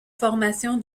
formation